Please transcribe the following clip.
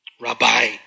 Rabbi